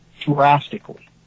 drastically